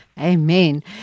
Amen